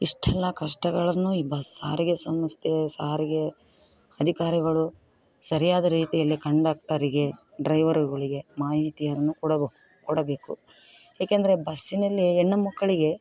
ಇಷ್ಟೆಲ್ಲಾ ಕಷ್ಟಗಳನ್ನು ಈ ಬಸ್ ಸಾರಿಗೆ ಸಂಸ್ಥೆ ಸಾರಿಗೆ ಅಧಿಕಾರಿಗಳು ಸರಿಯಾದ ರೀತಿಯಲ್ಲಿ ಕಂಡಕ್ಟರಿಗೆ ಡ್ರೈವರುಗಳಿಗೆ ಮಾಹಿತಿಯನ್ನು ಕೊಡಬಹುದು ಕೊಡಬೇಕು ಏಕಂದ್ರೆ ಬಸ್ಸಿನಲ್ಲಿ ಹೆಣ್ಣು ಮಕ್ಕಳಿಗೆ